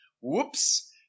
Whoops